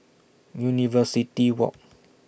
University Walk